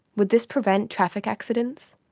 would this prevent traffic accidents?